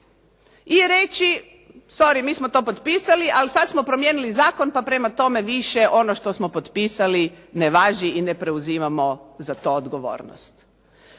i reći, sory mi smo to potpisali, ali sada smo promijenili zakon, pa prema tome više ono što smo potpisali ne važi i ne preuzimamo za to odgovornost.